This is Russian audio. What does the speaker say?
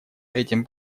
этим